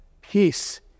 peace